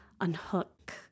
unhook